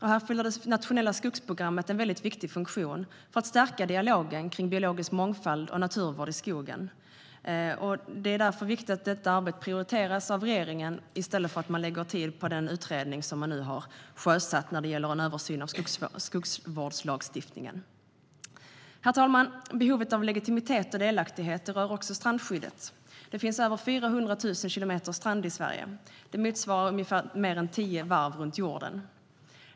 Här fyller det nationella skogsprogrammet en viktig funktion för att stärka dialogen om biologisk mångfald och naturvård i skogen. Det är därför viktigt att arbetet prioriteras av regeringen i stället för att lägga tid på den utredning som nu har sjösatts för en översyn av skogsvårdslagstiftningen. Herr talman! Behovet av legitimitet och delaktighet berör också strandskyddet. Det finns över 400 000 kilometer strand i Sverige. Det motsvarar mer än tio varv runt jorden.